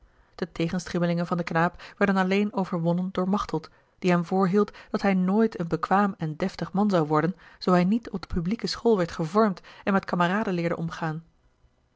de tegenstribbelingen van den knaap werden alleen overwonnen door machteld die hem voorhield dat hij nooit een bekwaam en deftig man zou worden zoo hij niet op de publieke school werd gevormd en met kameraden leerde omgaan